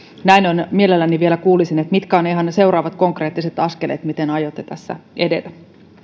mielelläni vielä kuulisin mitkä ovat ihan ne seuraavat konkreettiset askeleet miten aiotte tässä edetä